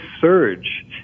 surge